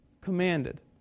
commanded